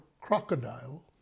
crocodile